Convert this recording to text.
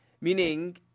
meaning